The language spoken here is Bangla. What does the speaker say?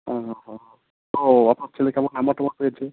হ্যাঁ হ্যাঁ ও আপনার ছেলে কেমন নাম্বার টাম্বার পেয়েছে